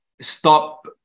stop